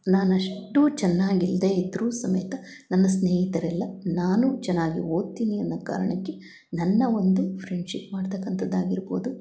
ನಾನು ಅಷ್ಟು ಚೆನ್ನಾಗಿ ಇಲ್ಲದೆ ಇದ್ದರು ಸಮೇತ ನನ್ನ ಸ್ನೇಹಿತರೆಲ್ಲ ನಾನು ಚೆನ್ನಾಗಿ ಓದ್ತೀನಿ ಅನ್ನೊ ಕಾರಣಕ್ಕೆ ನನ್ನ ಒಂದು ಫ್ರೆಂಡ್ಶಿಪ್ ಮಾಡ್ತಕಂತದ್ದು ಆಗಿರ್ಬೋದು